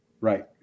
Right